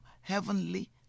heavenly